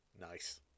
nice